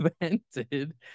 invented